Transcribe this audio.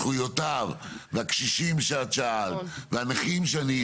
וזכויותיו, והקשישים שאת שאלת והנכים שאני שאלתי.